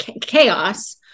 chaos